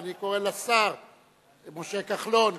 אני קורא לשר משה כחלון.